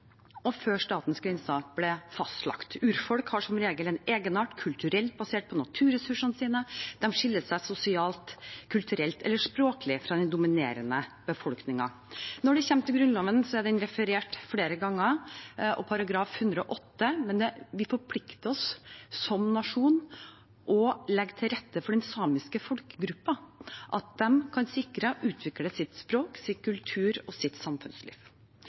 og før statens grenser ble fastlagt. Urfolk har som regel en egenart kulturelt basert på naturressursene, og de skiller seg sosialt, kulturelt eller språklig fra den dominerende befolkningen. Når det gjelder Grunnloven § 108, er den referert flere ganger. Vi forplikter oss som nasjon til å legge til rette for den samiske folkegruppen, at de kan «sikre og utvikle sitt språk, sin kultur og sitt samfunnsliv».